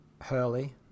hurley